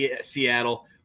Seattle